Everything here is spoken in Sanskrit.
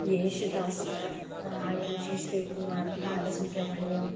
येषुदासः एम् जी श्रीकुमारः बालसुब्रह्मण्यम्